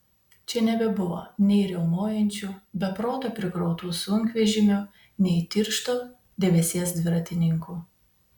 čia nebebuvo nei riaumojančių be proto prikrautų sunkvežimių nei tiršto debesies dviratininkų